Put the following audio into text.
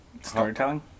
storytelling